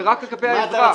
זה רק לגבי האזרח.